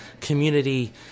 community